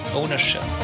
ownership